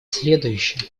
следующее